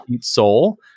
Soul